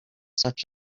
such